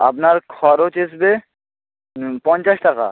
আপনার খরচ আসবে পঞ্চাশ টাকা